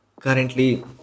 currently